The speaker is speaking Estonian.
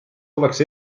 tuleks